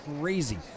crazy